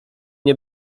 nie